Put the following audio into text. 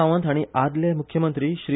सावंत हांणी आदले मुख्यमंत्री श्री